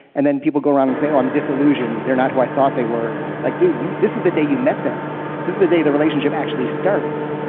and then people go around and say, i'm disillusioned. they're not who i thought they were. like dude, this is the day you met them. this is the day the relationship actually starts,